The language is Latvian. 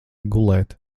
gulēt